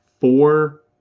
four